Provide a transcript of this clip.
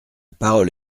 parole